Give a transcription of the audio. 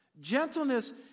gentleness